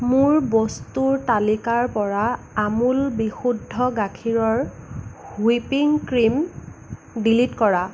মোৰ বস্তুৰ তালিকাৰ পৰা আমুল বিশুদ্ধ গাখীৰৰ হুইপিং ক্ৰীম ডিলিট কৰা